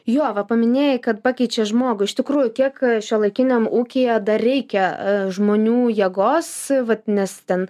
jo va paminėjai kad pakeičia žmogų iš tikrųjų kiek šiuolaikiniam ūkyje dar reikia žmonių jėgos vat nes ten